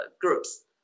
groups